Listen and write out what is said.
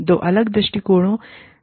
दो अलग दृष्टिकोण हैं